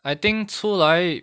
I think 出来